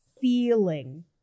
feeling